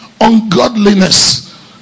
ungodliness